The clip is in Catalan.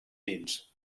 dins